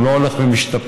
הוא לא הולך ומשתפר,